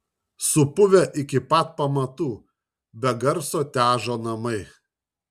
supuvę iki pat pamatų be garso težo namai